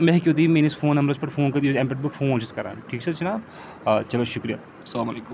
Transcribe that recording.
مےٚ ہیٚکِو تُہۍ میٛٲنِس فون نمبرَس پٮ۪ٹھ فون کٔرِتھ ییٚمہِ پٮ۪ٹھ بہٕ فون چھُس کَران ٹھیٖک چھِ حظ جناب چلو شُکریہ سلام علیکُم